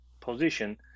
position